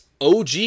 OG